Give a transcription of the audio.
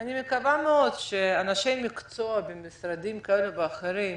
אני מקווה מאוד שאנשי מקצוע במשרדים כאלה ואחרים